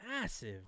massive